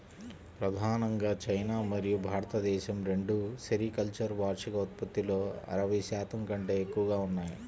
ప్రధానంగా చైనా మరియు భారతదేశం రెండూ సెరికల్చర్ వార్షిక ఉత్పత్తిలో అరవై శాతం కంటే ఎక్కువగా ఉన్నాయి